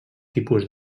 tipus